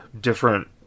different